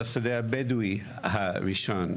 והשדה הבדואי הראשון.